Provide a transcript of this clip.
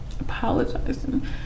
apologizing